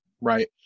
right